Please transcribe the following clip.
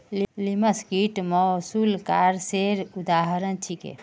लिमस कीट मौलुसकासेर उदाहरण छीके